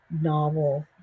Novel